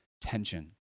tension